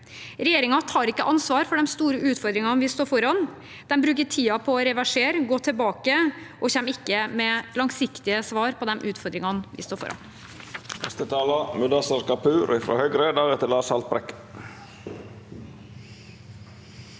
Regjeringen tar ikke ansvar for de store utfordringene vi står foran. De bruker tiden på å reversere og gå tilbake, og kommer ikke med langsiktige svar på de utfordringene vi står foran.